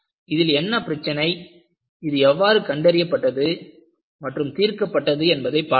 இதில் என்ன பிரச்சினை இது எவ்வாறு கண்டறியப்பட்டது மற்றும் தீர்க்கப்பட்டது என்பதை பார்ப்போம்